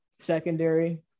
secondary